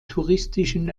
touristischen